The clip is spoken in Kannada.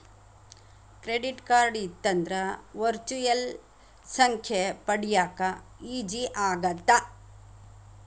ಕ್ರೆಡಿಟ್ ಕಾರ್ಡ್ ಇತ್ತಂದ್ರ ವರ್ಚುಯಲ್ ಸಂಖ್ಯೆ ಪಡ್ಯಾಕ ಈಜಿ ಆಗತ್ತ?